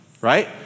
right